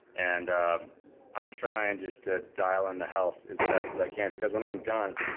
and ah i'm trying just to dial on the health as best as i can because when i'm done,